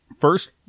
First